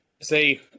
say